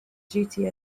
duty